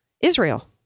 Israel